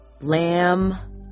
Lamb